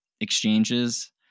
exchanges